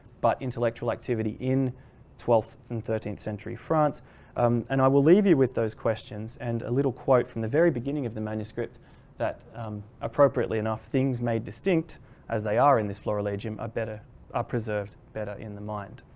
but intellectual activity in twelfth and thirteenth century france um and i will leave you with those questions and a little quote from the very beginning of the manuscript that appropriately enough things made distinct as they are in this florally jim are better are preserved better in the mind.